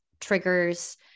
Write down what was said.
triggers